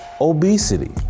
obesity